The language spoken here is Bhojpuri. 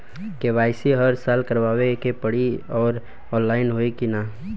के.वाइ.सी हर साल करवावे के पड़ी और ऑनलाइन होई की ना?